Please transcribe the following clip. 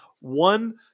One